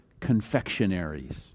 confectionaries